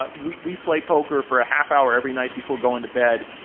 but we we play poker for a half-hour every night before going to bed.